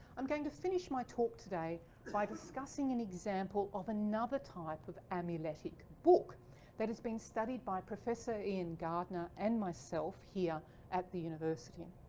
i'm going to finish my talk today by discussing an example of another type of amuletic book that has been studied by professor ian gardner and myself here at the university.